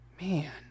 Man